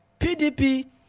PDP